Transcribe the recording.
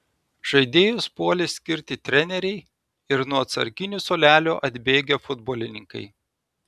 žaidėjus puolė skirti treneriai ir nuo atsarginių suolelio atbėgę futbolininkai